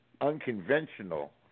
Unconventional